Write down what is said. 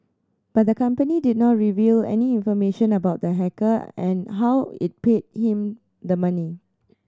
but the company did not reveal any information about the hacker and how it paid him the money